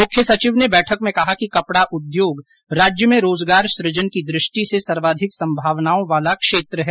मुख्य सचिव ने बैठक में कहा कि कपड़ा उद्योग राज्य में रोजगार सुजन की दृष्टि से सर्वोधिक सम्भावनाओं वाला क्षेत्र है